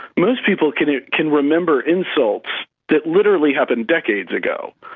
most people can can remember insults that literally happened decades ago.